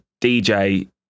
DJ